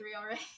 already